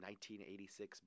1986